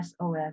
SOS